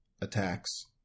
attacks